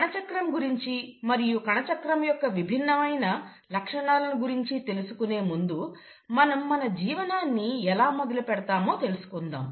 కణచక్రం గురించి మరియు కణచక్రం యొక్క విభిన్నమైన లక్షణాలను గురించి తెలుసుకునే ముందు మనం మన జీవనాన్ని ఎలా మొదలుపెడతామో తెలుసుకుందాం